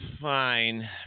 fine